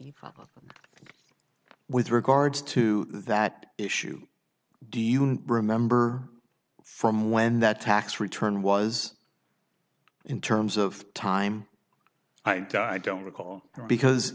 please with regards to that issue do you remember from when that tax return was in terms of time i don't recall because